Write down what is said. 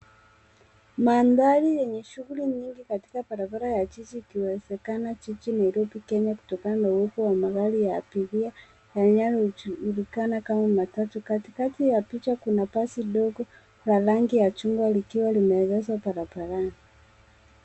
Mandhari yenye shughuli nyingi katika ya barabara jiji likiwezekana jiji Nairobi Kenya kutoka na uwepo wa magari ya abiria yanayojulikana kama matatu. Katikati ya picha kuna basi dogo la rangi ya chungwa likiwa limeegeshwa barabarani.